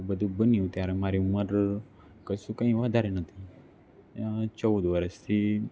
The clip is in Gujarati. આ બધું બન્યું ત્યારે મારી ઉંમર કશું કંઈ વધારે નથી ચૌદ વર્ષથી